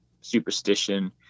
superstition